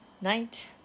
night